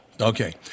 Okay